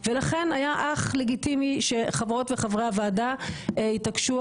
ולכן היה אך לגיטימי שחברות וחברי הוועדה יתעקשו